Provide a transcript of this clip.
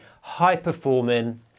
high-performing